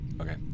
Okay